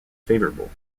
favorable